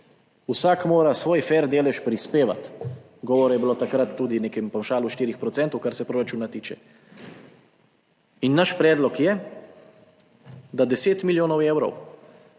vsak mora svoj fer delež prispevati. Govora je bilo takrat tudi o nekem pavšalu 4 %, kar se proračuna tiče. In naš predlog je, da 10 milijonov evrov,